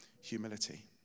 humility